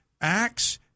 Acts